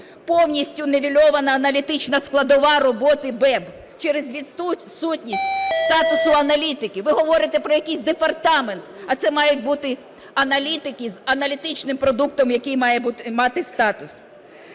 Повністю нівельована аналітична складова роботи БЕБ через відсутність статусу аналітиків. Ви говорите про якийсь департамент, а це мають бути аналітики з аналітичним продуктом, який має мати статус.